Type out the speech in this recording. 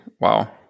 Wow